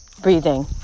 breathing